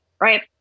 right